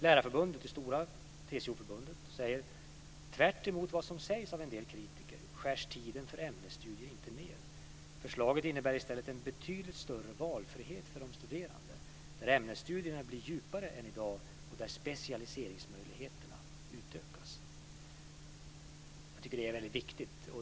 Lärarförbundet - det stora TCO-förbundet - säger så här: Tvärtemot vad som sägs av en del kritiker skärs tiden för ämnesstudier inte ned. Förslaget innebär i stället en betydligt större valfrihet för de studerande, där ämnesstudierna blir djupare än i dag och där specialiseringsmöjligheterna utökas. Jag tycker att det är väldigt viktigt.